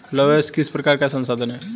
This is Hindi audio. लौह अयस्क किस प्रकार का संसाधन है?